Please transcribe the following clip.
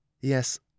Yes